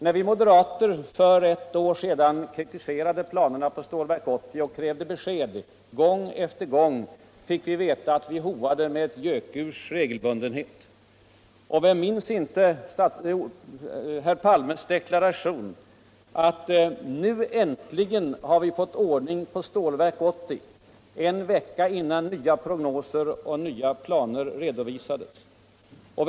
När vi moderater för ett år sedan kritiserade planerna på Stålverk 80 och gång på gång krävde besked, fick vi veta att vi hoade med ett gökurs regelbundenhet. Och vem minns inte herr Palmes deklaration att man nu ”äntligen hade fått ordning på Stålverk 80” — en vecka innan nya prognoser och planer redovisades?